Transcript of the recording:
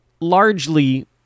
largely